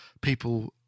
people –